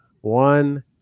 one